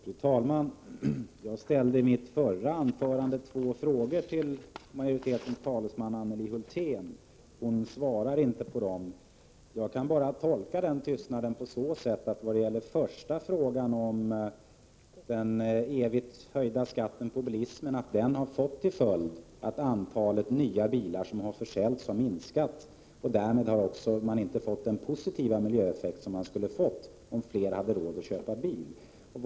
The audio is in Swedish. Fru talman! Jag ställde i mitt förra anförande två frågor till majoritetens talesman Anneli Hulthén. Hon svarade inte på dem. Jag kan bara tolka den tystnaden på så sätt vad gäller den första frågan om den evigt höjda skatten på bilismen att följden har blivit att antalet nya bilar som säljs har minskat och att man därmed inte har fått den positiva miljöeffekt som man skulle ha fått om fler hade råd att köpa ny bil.